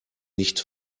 nicht